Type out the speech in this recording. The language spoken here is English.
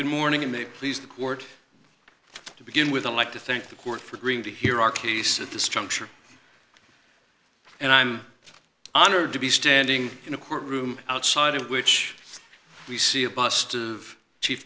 good morning they please the court to begin with the like to thank the court for agreeing to hear our case at this juncture and i'm honored to be standing in a court room outside of which we see a bust of chief